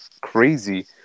crazy